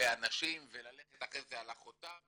באנשים וללכת אחרי זה על אחותה,